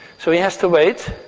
so he has to wait.